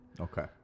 okay